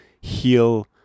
heal